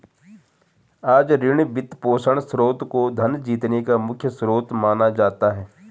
आज ऋण, वित्तपोषण स्रोत को धन जीतने का मुख्य स्रोत माना जाता है